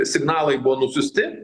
signalai buvo nusiųsti